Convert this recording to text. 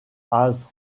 has